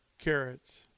carrots